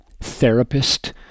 therapist